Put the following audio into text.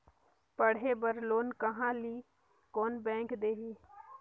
पढ़े बर लोन कहा ली? कोन बैंक देही?